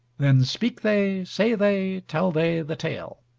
then speak they, say they, tell they the tale